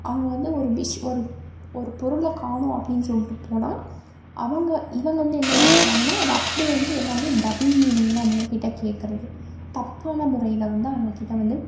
அவங்க வந்து ஒரு ஒரு ஒரு பொருளை காணோம் அப்டின்னு சொல்லிட்டு போனால் அவங்க இவங்க வந்து என்ன நெனைச்சிக்கிறாங்கன்னா அது அப்படியே வந்து எல்லாம் டபுள் மீனிங்கில் அவங்க கிட்டே கேக்கிறது தப்பான முறையில் வந்து அவங்க கிட்டே வந்து